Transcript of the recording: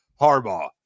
Harbaugh